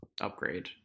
upgrade